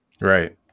Right